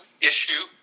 issue